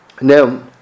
Now